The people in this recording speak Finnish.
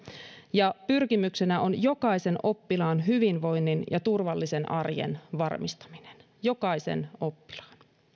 ja pyrkimyksenä on jokaisen oppilaan hyvinvoinnin ja turvallisen arjen varmistaminen jokaisen oppilaan